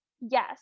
Yes